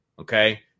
Okay